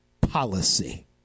policy